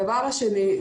דבר נוסף,